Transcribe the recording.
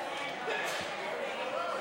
התשע"ח 2018 נתקבל.